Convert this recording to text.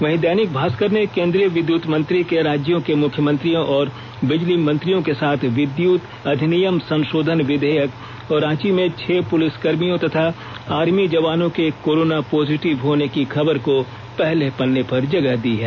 वहीं दैनिक भास्कर ने केंद्रीय विद्युत मंत्री के राज्यों के मुख्यमंत्रियों और बिजली मंत्रियों के साथ विद्युत अधिनियम संषोधन विधेयक और रांची में छह पुलिसकर्मियों तथा आर्मी जवानों के कोरोना पॉजिटिव होने की खबर को पहले पन्ने पर जगह दी है